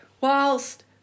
whilst